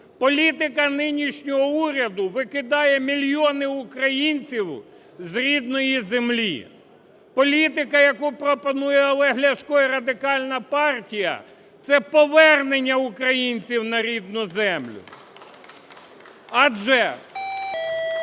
Політика нинішнього уряду викидає мільйони українців з рідної землі. Політика, яку пропонує Олег Ляшко і Радикальна партія, – це повернення українців на рідну землю, адже